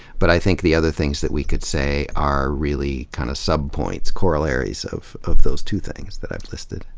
but i think the other things that we could say are really kind of sub-points, corollaries of of those two things that i've listed.